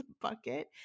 bucket